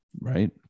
right